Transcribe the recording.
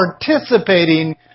participating